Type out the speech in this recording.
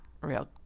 real